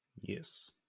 Yes